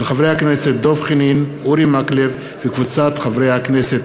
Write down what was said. של חברי הכנסת דב חנין ואורי מקלב וקבוצת חברי הכנסת.